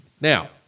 Now